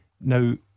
Now